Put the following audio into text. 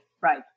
right